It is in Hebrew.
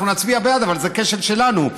אנחנו נצביע בעד אבל זה כשל שלנו,